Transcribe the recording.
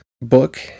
book